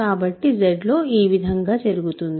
కాబట్టి Z లో ఈ విధంగా జరుగుతుంది